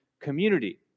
community